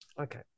Okay